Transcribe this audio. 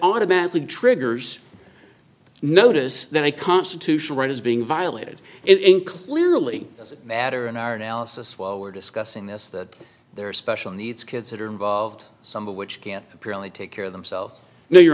automatically triggers notice that a constitutional right is being violated in clearly doesn't matter in our analysis while we're discussing this that there are special needs kids that are involved some of which can really take care of themselves now your